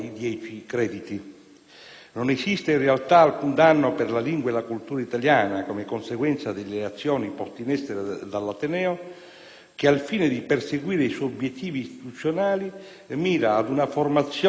Non esiste, in realtà, alcun danno per la lingua e la cultura italiana come conseguenza delle azioni poste in essere dall'ateneo, che al fine di perseguire i suoi obiettivi istituzionali mira ad una formazione dei propri studenti